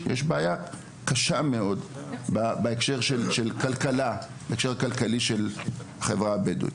יש בעיה קשה מאוד בהקשר הכלכלי בחברה הבדואית.